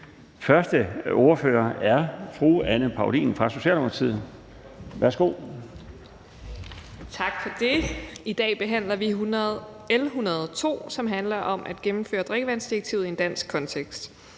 Første ordfører er fru Anne Paulin fra Socialdemokratiet. Værsgo. Kl. 14:44 (Ordfører) Anne Paulin (S): Tak for det. I dag behandler vi L 102, som handler om at gennemføre drikkevandsdirektivet i en dansk kontekst.